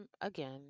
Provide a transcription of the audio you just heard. again